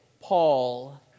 Paul